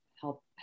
help